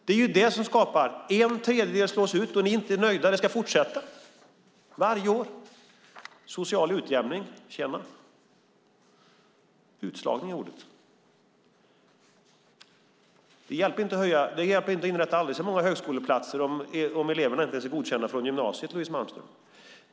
Det är den som har lett till att en tredjedel slås ut varje år, och ni är inte nöjda utan vill att detta ska fortsätta. Social utjämning, tjena! Utslagning är ordet. Det hjälper inte att inrätta aldrig så många högskoleplatser om eleverna inte är godkända på gymnasiet, Louise Malmström.